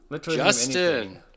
justin